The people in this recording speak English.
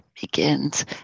begins